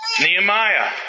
Nehemiah